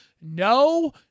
no